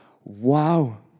Wow